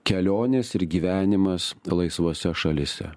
kelionės ir gyvenimas laisvose šalyse